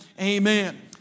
amen